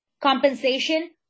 compensation